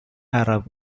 arab